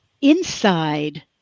inside